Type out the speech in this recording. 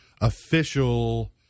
official